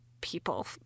people